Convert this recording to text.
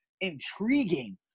intriguing